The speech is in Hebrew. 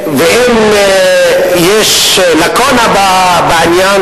ואם יש לקונה בעניין,